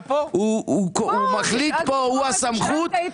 הוא הסמכות כאן,